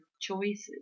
choices